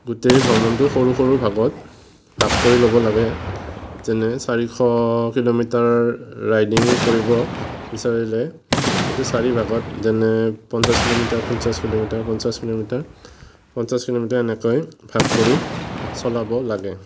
গোটেই ভ্ৰমণটো সৰু সৰু ভাগত ভাগ কৰি ল'ব লাগে যেনে চাৰিশ কিলোমিটাৰ ৰাইডিং কৰিব বিচাৰিলে সেইটো চাৰি ভাগত যেনে পঞ্চাছ কিলোমিটাৰ পঞ্চাছ কিলোমিটাৰ পঞ্চাছ কিলোমিটাৰ পঞ্চাছ কিলোমিটাৰ এনেকৈ ভাগ কৰি চলাব লাগে